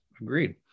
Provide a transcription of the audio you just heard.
agreed